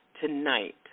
tonight